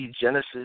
Genesis